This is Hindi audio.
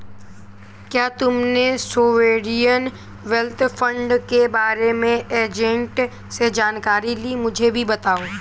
क्या तुमने सोवेरियन वेल्थ फंड के बारे में एजेंट से जानकारी ली, मुझे भी बताओ